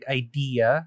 idea